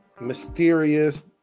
mysterious